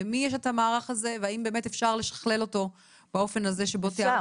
למי יש את המערך הזה והאם באמת אפשר לשכלל אותו באופן הזה --- אפשר.